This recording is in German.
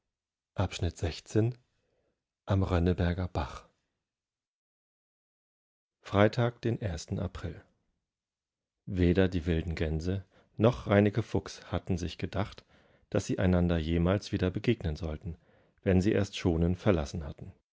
dienochheutigentagesvielevonihnenernährt viii amrönnebergerbach freitag den april weder die wilden gänse noch reineke fuchs hatten sich gedacht daß sie einander jemals wieder begegnen sollten wenn sie erst schonen verlassen hatten